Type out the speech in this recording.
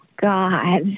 God